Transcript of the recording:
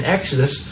Exodus